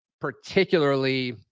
particularly